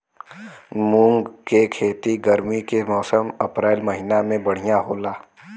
मुंग के खेती गर्मी के मौसम अप्रैल महीना में बढ़ियां होला?